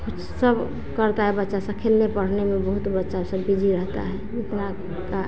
कुच्छो करता है बच्चा स खेलने पढ़ने में बहुत बच्चा सब बीजी रहता है उतना का